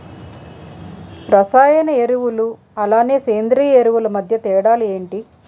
రసాయన ఎరువులు అలానే సేంద్రీయ ఎరువులు మధ్య తేడాలు ఏంటి?